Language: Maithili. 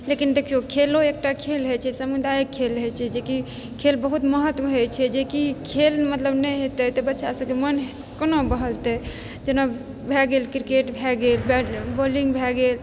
लेकिन देखिऔ खेलो एकटा खेल होइ छै समुदाय खेल होइ छै जे कि खेल बहुत महत्व होइ छै जे कि खेल मतलब नहि हेतै तऽ बच्चा सबके मोन कोना बहलतै जेना भऽ गेल किरकेट भऽ गेल बैट बॉलिङ्ग भऽ गेल